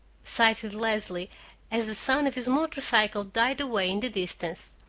sighed leslie as the sound of his motor-cycle died away in the distance.